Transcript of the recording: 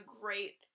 great